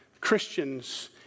Christians